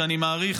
שאני מעריך.